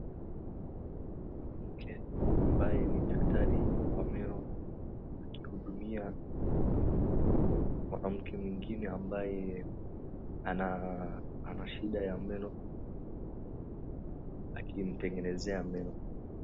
Mwanamke ambaye ni daktari wa meno akihudumia mwanamke mwingine ambaye ana ana shida ya meno, akimtengenezea meno.